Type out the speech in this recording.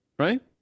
right